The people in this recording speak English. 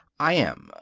i am.